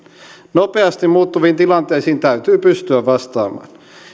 nopeasti muuttuviin tilanteisiin täytyy pystyä vastaamaan